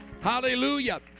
Hallelujah